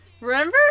remember